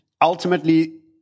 ultimately